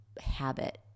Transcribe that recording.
habit